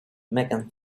megan